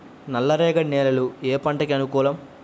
నల్ల రేగడి నేలలు ఏ పంటకు అనుకూలం?